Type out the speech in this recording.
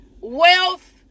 wealth